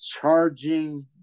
charging